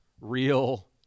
real